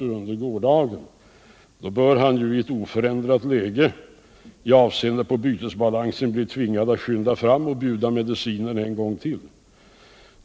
under gårdagens debatt — så bör han ju i ett oförändrat läge i avseende på vår bytesbalans bli tvingad att skynda fram och bjuda medicinen en gång till.